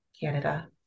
Canada